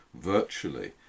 virtually